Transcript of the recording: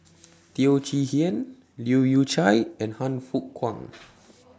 Teo Chee Hean Leu Yew Chye and Han Fook Kwang